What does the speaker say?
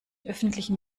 öffentlichen